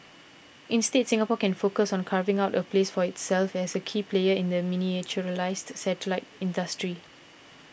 instead Singapore can focus on carving out a place for itself as a key player in the miniaturised satellite industry